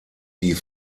die